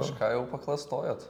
kažką jau paklastojot